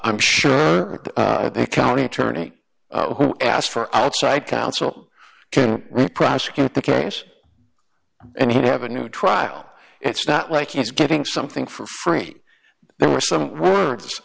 i'm sure the county attorney who asked for outside counsel can prosecute the case and have a new trial it's not like he's getting something for free there were some words